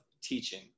teaching